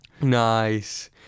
nice